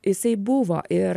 jisai buvo ir